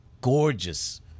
gorgeous